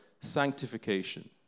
sanctification